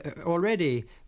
already